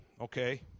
okay